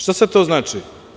Šta sada to znači?